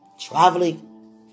traveling